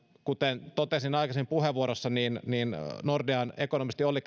kuten totesin aikaisemmassa puheenvuorossa nordean ekonomistin olli